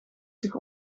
zich